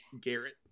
Garrett